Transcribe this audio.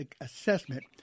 assessment